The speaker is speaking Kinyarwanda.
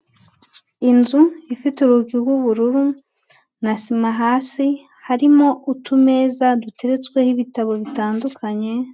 Inzu ifite urugi rw'ubururu na sima hasi, harimo utumeza duteretsweho ibitabo bitandukanye.